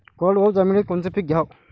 कोरडवाहू जमिनीत कोनचं पीक घ्याव?